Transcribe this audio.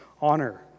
honor